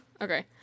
Okay